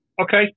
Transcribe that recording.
Okay